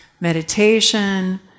meditation